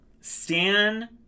Stan